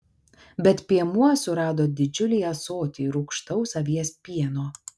bet piemuo surado didžiulį ąsotį rūgštaus avies pieno